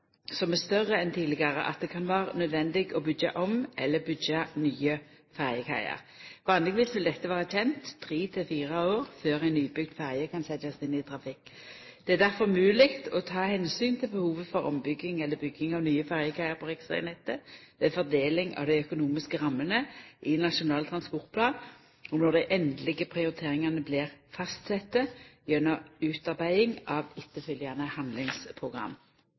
som er større enn tidlegare, at det kan vera naudsynt å byggja om eller byggja nye ferjekaiar. Vanlegvis vil dette vera kjent tre til fire år før ei nybygd ferje kan setjast inn i trafikk. Det er difor mogleg å ta omsyn til behovet for ombygging eller bygging av nye ferjekaiar på riksvegnettet ved fordeling av dei økonomiske rammene i Nasjonal transportplan og når dei endelege prioriteringane blir fastsette gjennom utarbeiding av etterfølgjande handlingsprogram.